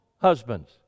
husbands